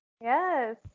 Yes